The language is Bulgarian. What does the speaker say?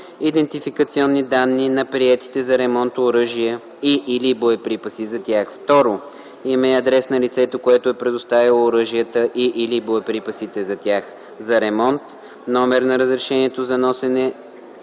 идентификационни данни на приетите за ремонт оръжия и/или боеприпаси за тях; 2. име и адрес на лицето, което е предоставило оръжията и/или боеприпасите за тях за ремонт, номер на разрешението за носене